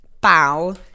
bow